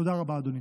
תודה רבה, אדוני.